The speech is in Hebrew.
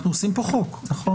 אנחנו עושים פה חוק, נכון?